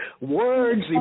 Words